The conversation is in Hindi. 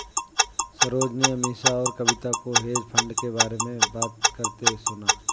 सरोज ने अमीषा और कविता को हेज फंड के बारे में बात करते सुना